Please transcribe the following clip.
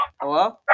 Hello